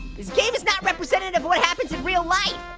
this game is not representative of what happens in real life.